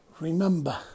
remember